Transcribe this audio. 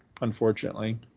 unfortunately